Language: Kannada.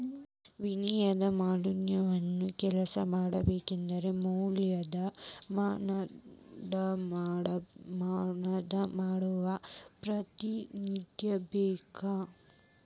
ವಿನಿಮಯ ಮಾಧ್ಯಮವಾಗಿ ಕೆಲ್ಸ ಮಾಡಬೇಕಂದ್ರ ಮೌಲ್ಯದ ಮಾನದಂಡವನ್ನ ಪ್ರತಿನಿಧಿಸಬೇಕ